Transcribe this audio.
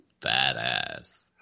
Badass